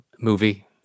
movie